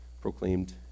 proclaimed